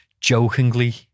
jokingly